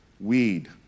weed